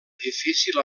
difícil